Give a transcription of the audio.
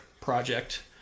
project